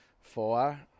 Four